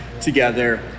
together